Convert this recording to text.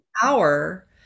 power